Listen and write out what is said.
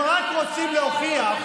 הם רק רוצים להוכיח,